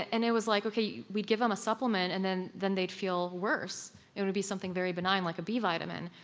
and it was like, okay, we'd give them a supplement and then then they'd feel worse it would be something very benign like a b vitamin.